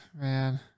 man